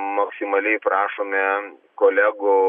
maksimaliai prašome kolegų